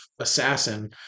assassin